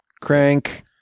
crank